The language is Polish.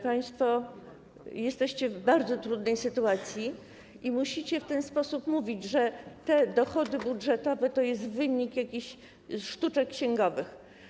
Państwo jesteście w bardzo trudnej sytuacji i musicie w ten sposób mówić - że te dochody budżetowe to jest wynik jakichś sztuczek księgowych.